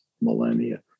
millennia